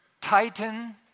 Titan